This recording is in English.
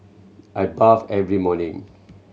I bath every morning